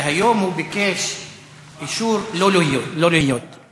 והיום הוא ביקש אישור לא להיות בשיעור.